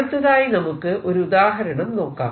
അടുത്തതായി നമുക്ക് ഒരു ഉദാഹരണം നോക്കാം